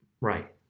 Right